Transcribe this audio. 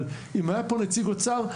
אבל אם היה פה נציג אוצר,